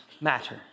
matter